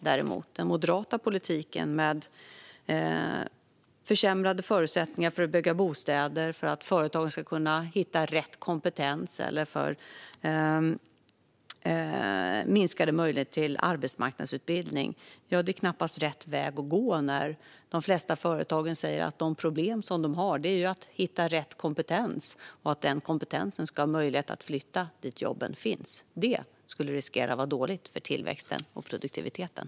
Den moderata politiken med försämrade förutsättningar för att bygga bostäder, med försämrade förutsättningar för att företagen ska kunna hitta rätt kompetens och minskade möjligheter till arbetsmarknadsutbildning är knappast rätt väg att gå när de flesta företag säger att de problem som de har är att hitta personer med rätt kompetens. Och personer med rätt kompetens ska ha möjlighet att flytta dit jobben finns. Denna politik skulle innebära en risk för och vara dåligt för tillväxten och produktiviteten.